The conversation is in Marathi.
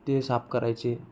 ते साफ करायचे